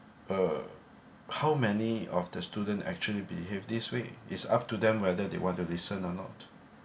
uh how many of the students actually behave this way is up to them whether they want to listen or not